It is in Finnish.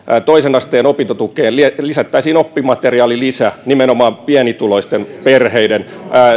toisen asteen opintotukeen lisättäisiin oppimateriaalilisä nimenomaan pienituloisten perheiden